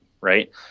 right